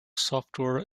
software